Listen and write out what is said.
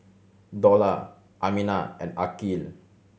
Dollah Aminah and Aqil